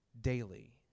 daily